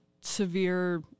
severe